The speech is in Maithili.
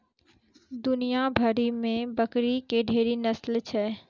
दुनिया भरि मे बकरी के ढेरी नस्ल छै